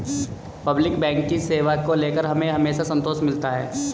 public bank की सेवा को लेकर हमें हमेशा संतोष मिलता है